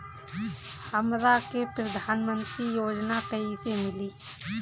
हमरा के प्रधानमंत्री योजना कईसे मिली?